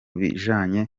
bijanye